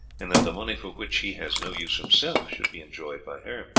and that the money for which he has no use himself should be enjoyed by her.